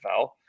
NFL